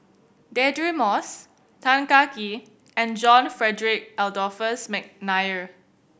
Deirdre Moss Tan Kah Kee and John Frederick Adolphus McNair